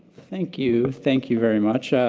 thank you, thank you very much.